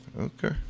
Okay